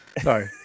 Sorry